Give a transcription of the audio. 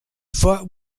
fought